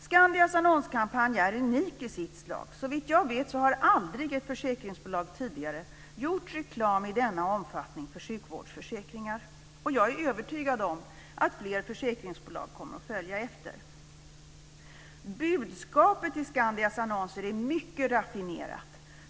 Skandias annonskampanj är unik i sitt slag. Såvitt jag vet har aldrig ett försäkringsbolag tidigare gjort reklam i denna omfattning för sjukvårdsförsäkringar. Jag är övertygad om att fler försäkringsbolag kommer att följa efter. Budskapet i Skandias annonser är mycket raffinerat.